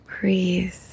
Breathe